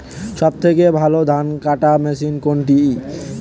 সবথেকে ভালো ধানকাটা মেশিন কোনটি?